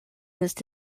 used